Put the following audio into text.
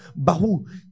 Bahu